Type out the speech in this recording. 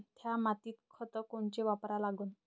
थ्या मातीत खतं कोनचे वापरा लागन?